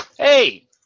Hey